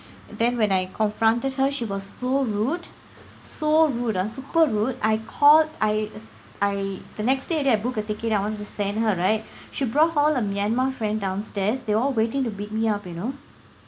then when I confronted her she was so rude so rude ah super rude I called I I the next day already I book a ticket I want to send her right she brought all her Myanmar friends downstairs they all waiting to beat me up you know